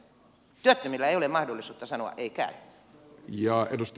työttömillä ei ole mahdollisuutta sanoa ei käy